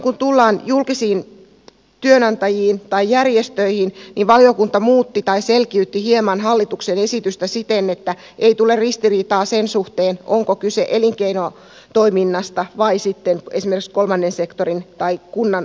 kun tullaan julkisiin työnantajiin tai järjestöihin niin valiokunta muutti tai selkiytti hieman hallituksen esitystä siten että ei tule ristiriitaa sen suhteen onko kyse elinkeinotoiminnasta vai sitten esimerkiksi kolmannen sektorin tai kunnan omasta toiminnasta